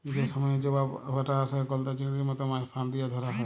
যে সময়ে জবার ভাঁটা আসে, গলদা চিংড়ির মত মাছ ফাঁদ দিয়া ধ্যরা হ্যয়